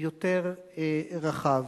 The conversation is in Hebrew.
יותר רחב.